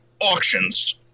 Auctions